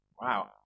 wow